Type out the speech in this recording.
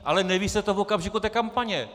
Ale neví se to v okamžiku té kampaně!